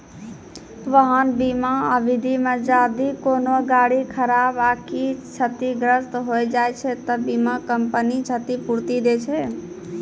वाहन बीमा अवधि मे जदि कोनो गाड़ी खराब आकि क्षतिग्रस्त होय जाय छै त बीमा कंपनी क्षतिपूर्ति दै छै